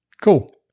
Cool